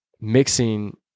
mixing